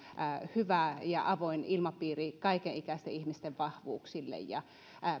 hyvä ja avoin ilmapiiri kaikenikäisten ihmisten vahvuuksille